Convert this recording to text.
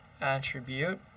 attribute